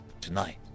tonight